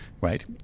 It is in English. right